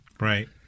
Right